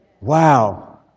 Wow